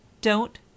don't